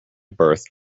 birth